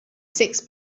six